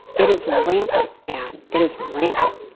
it is rampant, ann. it is rampant.